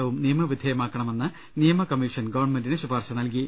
ട്ടവും നിയമവിധേയമാക്കണമെന്ന് നിയമ കമ്മീഷൻ ഗവൺമെന്റിന് ശുപാർശ നൽകി